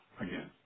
again